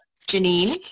Janine